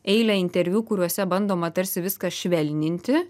eilę interviu kuriuose bandoma tarsi viską švelninti